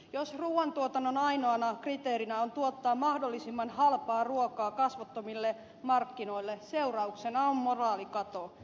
jos ruuan tuotannon ainoana kriteerinä on tuottaa mahdollisimman halpaa ruokaa kasvottomille markkinoille seurauksena on moraalikato